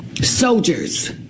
soldiers